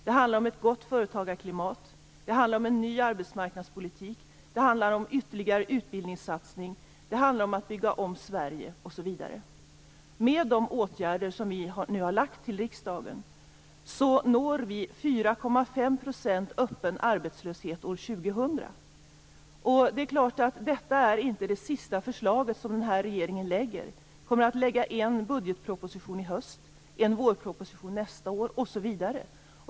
Det handlar om ett gott företagarklimat, om en ny arbetsmarknadspolitik, om ytterligare utbildningssatsningar, om att bygga om Sverige osv. Med de förslag till åtgärder som vi nu har lagt fram i riksdagen når vi 4,5 % öppen arbetslöshet år 2000. Detta är inte det sista förslag som denna regering lägger fram. Vi kommer att lägga fram en budgetproposition i höst, en vårproposition nästa år, osv.